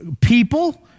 people